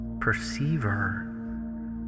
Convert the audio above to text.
perceiver